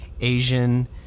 Asian